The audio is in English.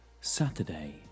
Saturday